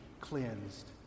cleansed